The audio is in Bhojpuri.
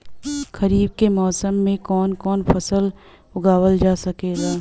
खरीफ के मौसम मे कवन कवन फसल उगावल जा सकेला?